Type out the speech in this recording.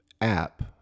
app